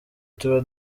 tuba